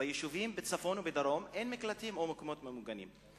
ביישובים בצפון ובדרום אין מקלטים או מקומות ממוגנים.